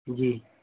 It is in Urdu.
جی